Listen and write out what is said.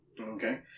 Okay